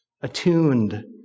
attuned